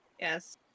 Yes